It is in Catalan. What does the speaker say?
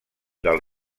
del